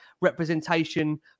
representation